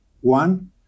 One